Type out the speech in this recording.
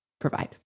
provide